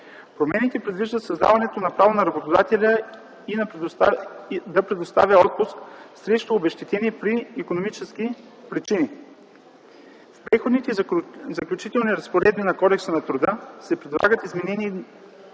Промените предвиждат създаване на право на работодателя да предоставя отпуск срещу обезщетение при икономически причини. В Преходните и заключителни разпоредби на Кодекса на труда се предлагат изменения